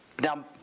Now